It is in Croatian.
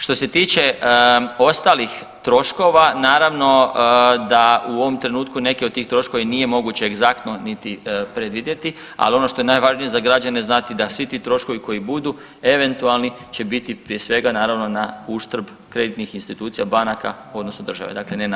Što se tiče ostalih troškova, naravno da u ovom trenutku neke od tih troškova nije moguće egzaktno niti predvidjeti, ali ono što je najvažnije za građane znati, da svi ti troškovi koji budu eventualni će biti prije svega, naravno, nauštrb kreditnih institucija, banaka u odnosu države, dakle ne na